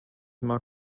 mark